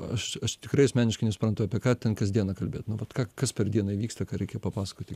aš aš tikrai asmeniškai nesuprantu apie ką ten kas dieną kalbėt nu vat ką kas per dieną vyksta ką reikia papasakoti